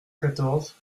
quatorze